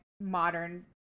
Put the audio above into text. modern